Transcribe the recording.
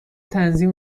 تنظیم